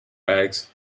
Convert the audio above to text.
bags